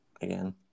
again